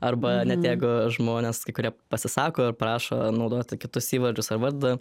arba net jeigu žmonės kurie pasisako ir prašo naudoti kitus įvardžius ar vardą